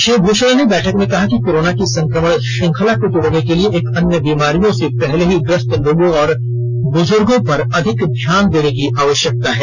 श्री भूषण ने बैठक में कहा कि कोरोना की संक्रमण श्रंखला को तोड़ने के लिए अन्य बीमारियों से पहले से ही ग्रस्त लोगों और बुजुर्गों पर अधिक ध्याान देने की आवश्यकता है